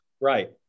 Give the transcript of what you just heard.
Right